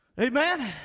amen